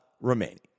remaining